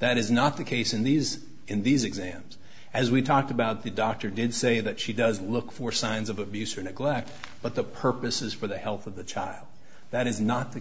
that is not the case in these in these exams as we talked about the doctor did say that she does look for signs of abuse or neglect but the purpose is for the health of the child that is not the